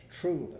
truly